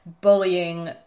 bullying